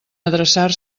adreçar